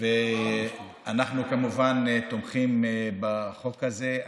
אנחנו כמובן תומכים בחוק הזה.